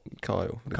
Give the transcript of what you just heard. Kyle